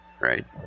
right